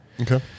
Okay